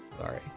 sorry